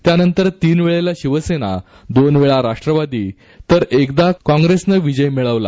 त्यानंतर तीन वेळेला शिवसेना दोन वेळा राष्ट्रवादी तर एकदा काँग्रेसने विजय मिळवला